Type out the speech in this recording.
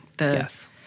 Yes